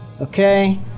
Okay